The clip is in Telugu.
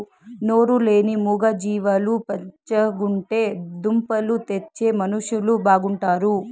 నోరు లేని మూగ జీవాలు పచ్చగుంటే దుంపలు తెచ్చే మనుషులు బాగుంటారు